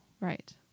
Right